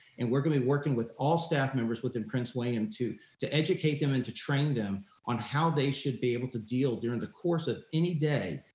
and we're gonna be working with all staff members within prince william to to educate them and to train them on how they should be able to deal during the course of any day.